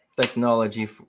technology